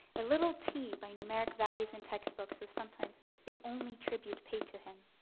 and little t by numeric values in textbooks was sometimes the only tribute paid to him.